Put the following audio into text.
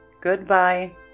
Goodbye